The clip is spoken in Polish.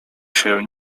się